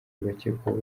bakekwaho